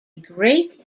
great